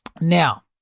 Now